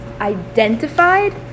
identified